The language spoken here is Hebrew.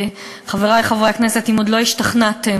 חברי חברי הכנסת, אם עוד לא השתכנעתם,